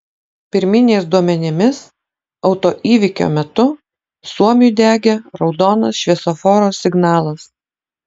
pirminiais duomenimis autoįvykio metu suomiui degė raudonas šviesoforo signalas